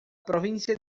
provincia